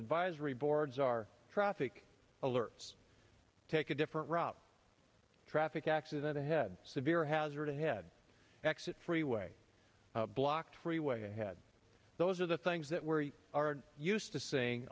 advisory boards are traffic alerts take a different route traffic accident ahead severe hazard ahead exit freeway blocked freeway ahead those are the things that we are used to seeing